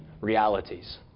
realities